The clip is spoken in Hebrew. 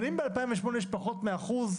אבל אם ב-2008 היה פחות מ-1%